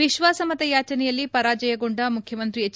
ವಿಶ್ವಾಸಮತ ಯಾಚನೆಯಲ್ಲಿ ಪರಾಜಯಗೊಂಡ ಮುಖ್ಯಮಂತ್ರಿ ಎಚ್